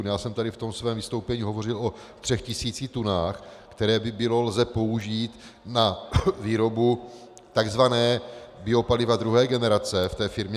Já jsem tady v tom svém vystoupení hovořil o třech tisících tunách, které by bylo lze použít na výrobu tzv. biopaliva druhé generace v té firmě Oleochemical.